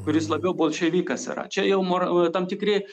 kuris labiau bolševikas yra čia jau mora tam tikri